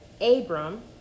Abram